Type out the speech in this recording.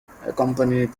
accompanied